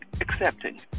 accepting